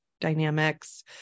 dynamics